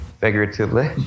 Figuratively